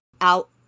out